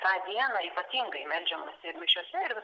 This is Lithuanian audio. tą dieną ypatingai meldžiamasi ir mišiose ir